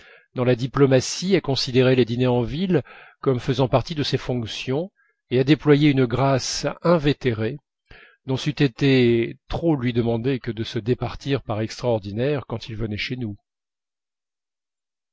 dans la diplomatie à considérer les dîners en ville comme faisant partie de ses fonctions et à y déployer une grâce invétérée dont c'eût été trop lui demander de se départir par extraordinaire quand il venait chez nous